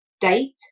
date